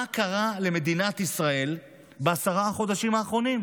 מה קרה למדינת ישראל בעשרת החודשים האחרונים?